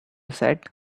said